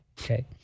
Okay